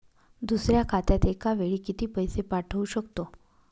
दुसऱ्या खात्यात एका वेळी किती पैसे पाठवू शकतो?